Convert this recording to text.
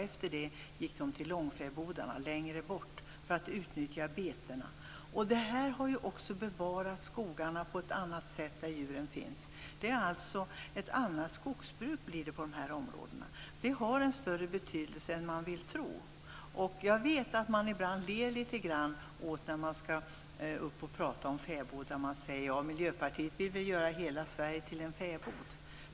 Efter det gick de till långfäbodarna längre bort för att utnyttja betena. Detta har också bevarat skogarna på ett annat sätt där djuren finns. Det blir ett annat skogsbruk i de områdena. Det har en större betydelse än man vill tro. Jag vet att man ibland ler litet grand när någon skall upp och tala om fäbodar. Man säger: Miljöpartiet vill väl göra hela Sverige till en fäbod.